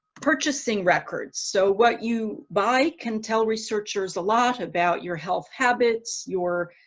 purchasing records. so what you buy can tell researchers a lot about your health habits. your.